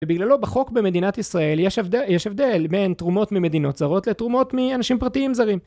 ובגללו בחוק במדינת ישראל יש הבדל בין תרומות ממדינות זרות לתרומות מאנשים פרטיים זרים